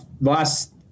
last